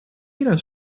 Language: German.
jeder